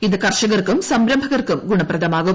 ഇത് കർഷകർക്കും സംരംഭകർക്കും ഗുണപ്രദമാകും